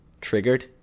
triggered